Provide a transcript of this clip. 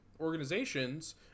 organizations